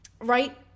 Right